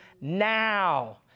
now